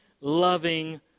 loving